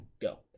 go